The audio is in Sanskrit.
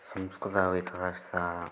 संस्कृतविकासः